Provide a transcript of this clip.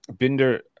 Binder